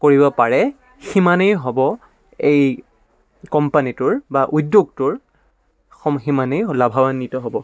কৰিব পাৰে সিমানেই হ'ব এই কোম্পানীটোৰ বা উদ্যোগটোৰ সিমানেই লাভাৱান্বিত হ'ব